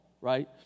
right